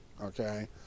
okay